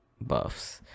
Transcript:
Buffs